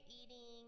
eating